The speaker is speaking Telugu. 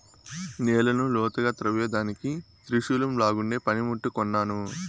నేలను లోతుగా త్రవ్వేదానికి త్రిశూలంలాగుండే పని ముట్టు కొన్నాను